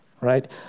right